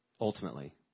ultimately